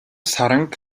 саранг